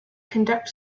conduct